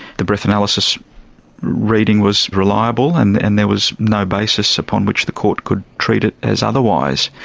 the breath analysis reading was reliable and and there was no basis upon which the court could treat it as otherwise.